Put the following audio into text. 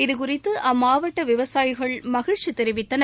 இதுகுறித்து அம்மாவட்ட விவசாயிகள் மகிழ்ச்சி தெரிவித்தனர்